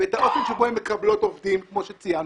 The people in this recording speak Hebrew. ואת האופן שבו הן מקבלות עובדים כמו שציינו